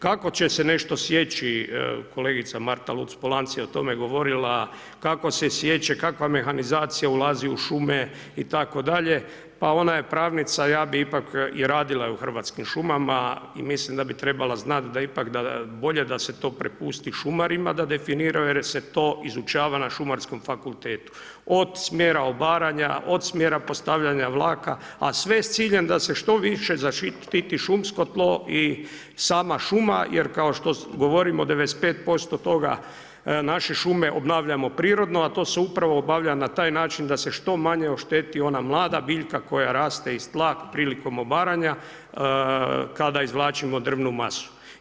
Kako će se nešto sječi, kolegica Marta Luc-Polanc je o tome govorila, kako se sječe, kakva mehanizacija ulazi u šume itd., pa ona je pravnica i radila je u Hrvatskim šumama i mislim da bi trebala znati da ipak bolje da se to prepusti šumarima da definiraju jer se to izučava na Šumarskom fakultetu, od smjera obaranja, od smjera postavljanja vlaka, a sve s ciljem da se što više zaštiti šumsko tlo i sama šuma jer kao što govorimo, 95% toga, naše šume obnavljamo prirodno, a to se upravo obavlja na taj način da se što manje ošteti ona mlada biljka koja raste iz tla prilikom obaranja, kada izvlačimo drvnu masu.